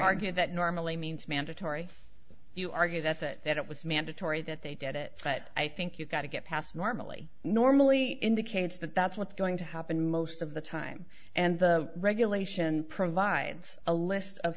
argue that normally means mandatory if you argue that it that it was mandatory that they did it but i think you've got to get past normally normally indicates that that's what's going to happen most of the time and the regulation provides a list of